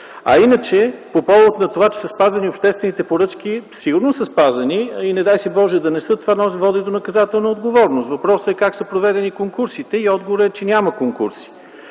Иначе по повод на това, че са спазени обществените поръчки, сигурно са спазени. Не дай си Боже, да не са - това води до наказателна отговорност. Въпросът е как са проведени конкурсите и отговорът е, че няма конкурси.